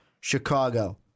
Chicago